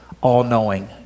all-knowing